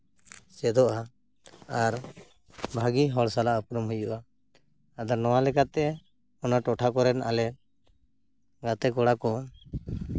ᱪᱮᱫᱚᱜᱼᱟ ᱟᱨ ᱵᱷᱟᱹᱜᱤ ᱦᱚᱲ ᱥᱟᱞᱟᱜ ᱩᱯᱨᱩᱢ ᱦᱩᱭᱩᱜᱼᱟ ᱟᱫᱚ ᱱᱚᱣᱟ ᱞᱮᱠᱟᱛᱮ ᱚᱱᱟ ᱴᱚᱴᱷᱟ ᱠᱚᱨᱮᱱ ᱟᱞᱮ ᱜᱟᱛᱮ ᱠᱚᱲᱟ ᱠᱚ